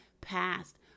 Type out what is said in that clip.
passed